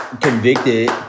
convicted